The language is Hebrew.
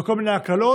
וכל מיני הקלות,